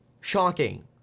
shocking